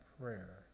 prayer